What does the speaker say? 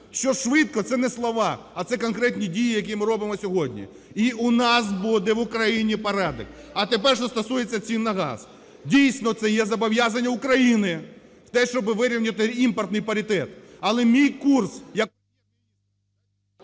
що швидко – це не слова, а це конкретні дії, які ми робимо сьогодні. І у нас буде в Україні порядок. А тепер що стосується цін на газ. Дійсно, це є зобов'язання України в те, щоб вирівняти імпортний паритет.